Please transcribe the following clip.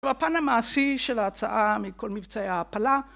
הפן המעשי של ההצעה מכל מבצעי ההעפלה